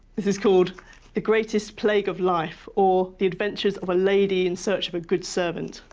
this is called the greatest plague of life or the adventures of a lady in search of a good servant.